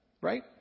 Right